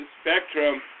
spectrum